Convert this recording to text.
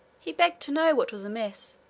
he begged to know what was amiss,